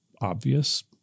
obvious